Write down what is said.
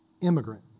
Immigrant